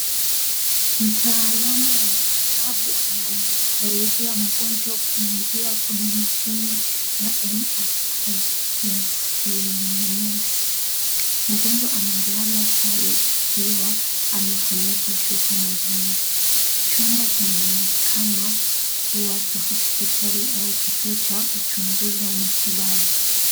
Mtaalamu wa matibabu anamsaidia mgonjwa kuingia kwenye mashine ya MRI ya Siemens. Mgonjwa amelala chali akiwa amefunikwa shuka mwilini. Chumba kinaonekana kuwa cha hospitali au kituo cha uchunguzi wa matibabu.